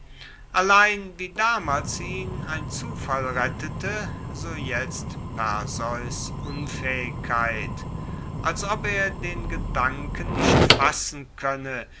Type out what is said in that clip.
allein wie damals ihn ein zufall rettete so jetzt perseus unfaehigkeit als ob er den gedanken nicht fassen koenne